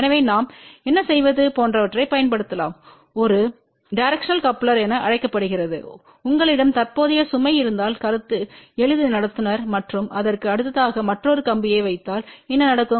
எனவே நாம் என்ன செய்வது போன்றவற்றைப் பயன்படுத்தலாம் ஒரு டிரெக்ஷனல் கப்லெர் என அழைக்கப்படுகிறது உங்களிடம் தற்போதைய சுமை இருந்தால் கருத்து எளிது நடத்துனர் மற்றும் அதற்கு அடுத்ததாக மற்றொரு கம்பியை வைத்தால் என்ன நடக்கும்